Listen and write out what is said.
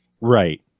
right